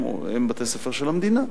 הם בתי-ספר של המדינה,